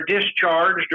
discharged